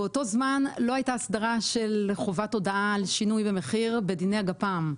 באותו זמן לא הייתה אסדרה של חובת הודעה על שינוי ומחיר בדיני הגפ"מ,